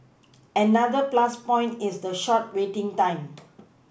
another plus point is the short waiting time